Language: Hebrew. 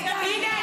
הינה,